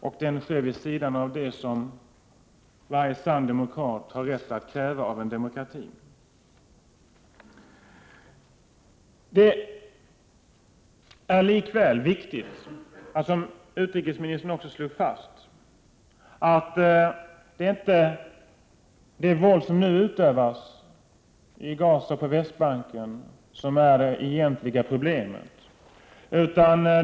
Den sker också vid sidan av det som varje sann demokrat har rätt att kräva av en demokrati. Det är likväl, som utrikesministern också slog fast, så, att det våld som nu utövas i Gaza och på Västbanken inte är det egentliga problemet.